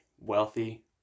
wealthy